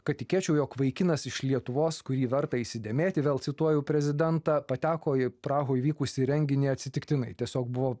kad tikėčiau jog vaikinas iš lietuvos kurį verta įsidėmėti vėl cituoju prezidentą pateko į prahoj vykusį renginį atsitiktinai tiesiog buvo